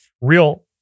real